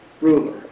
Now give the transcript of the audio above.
ruler